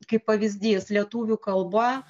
kaip pavyzdys lietuvių kalba